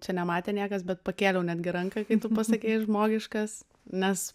čia nematė niekas bet pakėliau netgi ranką kai tu pasakei žmogiškas nes